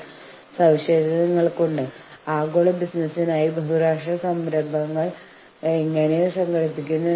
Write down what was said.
പരാതി നടപടിക്രമത്തെ കുറിച്ച് സംസാരിക്കുമ്പോൾ ഒരു പരാതി നടപടിക്രമം എങ്ങനെയാണ് കൈകാര്യം ചെയ്യുന്നത്